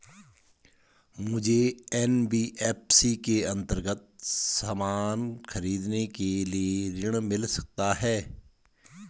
मुझे एन.बी.एफ.सी के अन्तर्गत सामान खरीदने के लिए ऋण मिल सकता है?